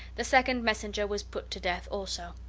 the second messenger was put to death also.